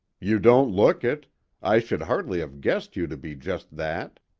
you don't look it i should hardly have guessed you to be just that.